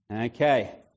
Okay